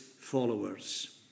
followers